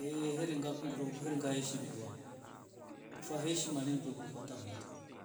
He heri ngaeshimiwa maana ofa heshima. Ni ndo tule kuliko hata mali.